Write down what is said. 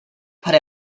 put